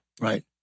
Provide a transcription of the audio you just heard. Right